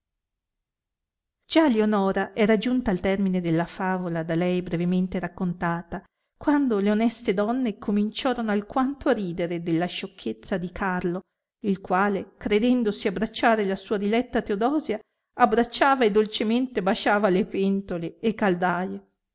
già lionora era giunta al termine della favola da lei brevemente raccontata quando le oneste donne cominciorono alquanto a ridere della sciocchezza di carlo il quale credendosi abbracciare la sua diletta teodosia abbracciava e dolcemente basciava le pentole e caldaie